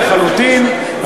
אהיה הוגן לחלוטין.